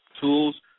tools